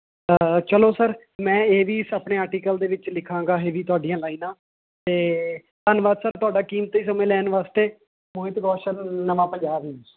ਚਲੋ ਸਰ ਮੈਂ ਇਹ ਵੀ ਆਪਣੇ ਆਰਟੀਕਲ ਦੇ ਵਿੱਚ ਲਿਖਾਗਾਂ ਇਹ ਵੀ ਤੋਹਾਡੀਆਂ ਲਾਈਨਾਂ 'ਤੇ ਧੰਨਵਾਦ ਸਰ ਤੁਹਾਡਾ ਕੀਮਤੀ ਸਮਾਂ ਲੈਣ ਵਾਸਤੇ ਮੋਹਿਤ ਕੌਸ਼ਲ ਨਵਾਂ ਪੰਜਾਬ ਜੀ